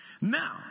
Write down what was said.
Now